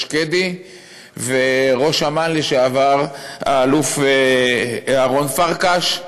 שקדי וראש אמ"ן לשעבר האלוף אהרן פרקש.